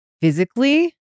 physically